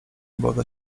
woda